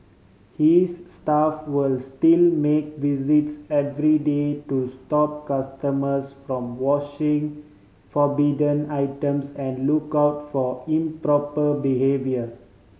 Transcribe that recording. his staff was still make visits every day to stop customers from washing forbidden items and look out for improper behaviour